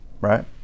Right